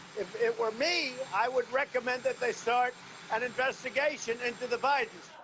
if it were me, i would recommend that they start an investigation into the bidens.